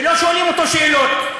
ולא שואלים אותו שאלות.